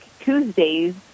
Tuesdays